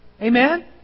Amen